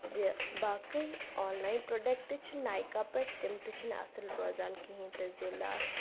زِ باقے online product چھ نایکہ پٮ۪ٹھ تِم تہِ چھنہٕ اَصل روزان کہیٖنۍ تہِ زِ لا